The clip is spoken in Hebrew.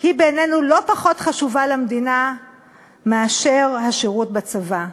היא בעינינו לא פחות חשובה למדינה מאשר השירות בצבא.